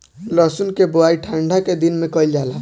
लहसुन के बोआई ठंढा के दिन में कइल जाला